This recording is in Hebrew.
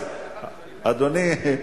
אדוני,